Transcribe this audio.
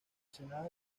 senado